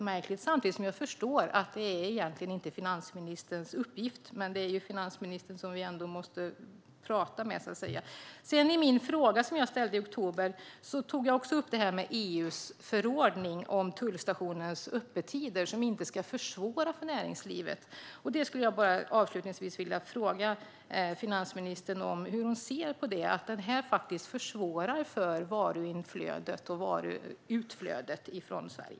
Samtidigt förstår jag att detta egentligen inte är finansministerns uppgift, men det är ändå finansministern som vi måste prata med. I min fråga i oktober tog jag upp EU:s förordning om tullstationers öppettider. Den ska inte försvåra för näringslivet. Hur ser finansministern på hur denna förordning försvårar för varuinflödet till och varuutflödet från Sverige?